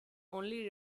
only